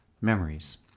memories